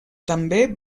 també